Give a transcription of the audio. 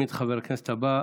אני אזמין את חבר הכנסת הבא,